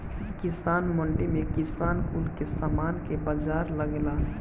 किसान मंडी में किसान कुल के समान के बाजार लगेला